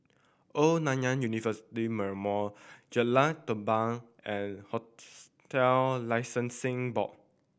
Old Nanyang University Memorial Jalan Tambur and Licensing Board